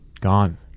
gone